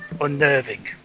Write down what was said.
unnerving